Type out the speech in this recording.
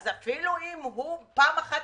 אז אפילו אם הוא צודק פעם אחת,